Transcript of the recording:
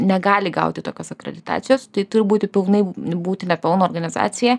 negali gauti tokios akreditacijos tai turi būti pilnai būti ne pelno organizacija